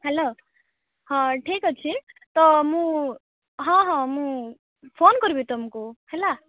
hello ହଁ ଠିକ୍ ଅଛି ତ ମୁଁ ହଁ ହଁ ମୁଁ ଫୋନ୍ କରିବି ତମକୁ ହେଲା